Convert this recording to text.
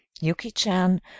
Yuki-chan